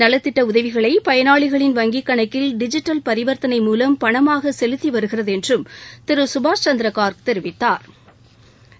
நலத்திட்ட உதவிகளை பயனாளிகளின் வங்கிக் கணக்கில் டிஜிட்டல் பரிவர்த்தனை மூலம் பணமாக செலுத்தி வருகிறது என்று திரு சுபாஷ் சந்திர காா்க் தெரிவித்தாா்